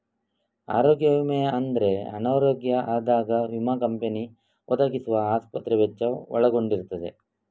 ಆರೋಗ್ಯ ವಿಮೆ ಅಂದ್ರೆ ಅನಾರೋಗ್ಯ ಆದಾಗ ವಿಮಾ ಕಂಪನಿ ಒದಗಿಸುವ ಆಸ್ಪತ್ರೆ ವೆಚ್ಚ ಒಳಗೊಂಡಿರ್ತದೆ